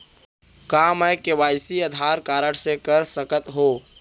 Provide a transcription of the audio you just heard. का मैं KYC Aadhaar card से कर सकत हो?